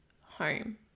home